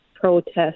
protest